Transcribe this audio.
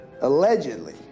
Allegedly